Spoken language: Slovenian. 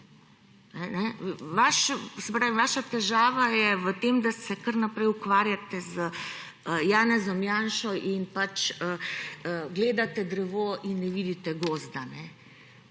vaša težava je v tem, da se kar naprej ukvarjate z Janezom Janšo in gledate drevo in ne vidite gozda,